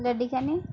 লেডিকেনি